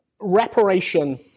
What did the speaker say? reparation